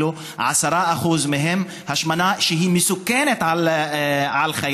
10% מהם אפילו עם השמנה שמסכנת את חייהם.